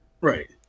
Right